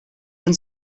man